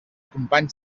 companys